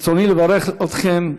ברצוני לברך אתכם.